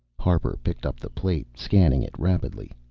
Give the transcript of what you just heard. harper picked up the plate, scanning it rapidly.